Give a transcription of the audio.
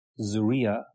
zuria